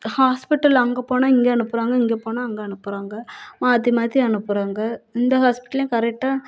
ஹாஸ்பிட்டலில் அங்கே போனால் இங்கே அனுப்புறாங்க இங்கே போனால் அங்கே அனுப்புகிறாங்க மாற்றி மாற்றி அனுப்புகிறாங்க இந்த ஹாஸ்பிட்டல்லையும் கரெக்டாக